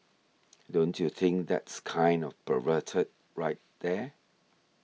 don't you think that's kind of perverted right there